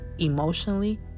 emotionally